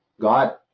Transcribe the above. God